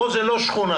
כאן זה לא שכונה.